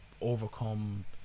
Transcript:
overcome